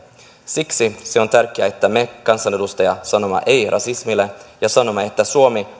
siksi on tärkeää että me kansanedustajat sanomme ei rasismille ja sanomme että suomi